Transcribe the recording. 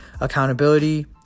accountability